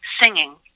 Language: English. singing